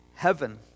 heaven